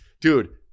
Dude